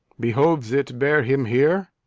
behoves it bear him here,